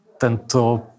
tento